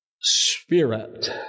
Spirit